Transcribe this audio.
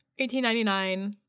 1899